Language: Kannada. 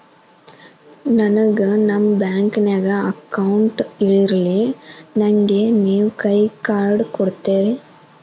ನನ್ಗ ನಮ್ ಬ್ಯಾಂಕಿನ್ಯಾಗ ಅಕೌಂಟ್ ಇಲ್ರಿ, ನನ್ಗೆ ನೇವ್ ಕೈಯ ಕಾರ್ಡ್ ಕೊಡ್ತಿರೇನ್ರಿ?